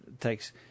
takes